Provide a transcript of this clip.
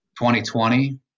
2020